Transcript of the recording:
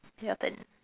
your turn